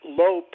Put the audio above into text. low